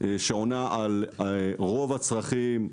שעונה על רוב הצרכים,